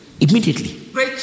immediately